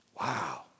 Wow